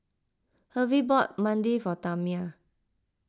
Hervey bought Banh Mi for Tamia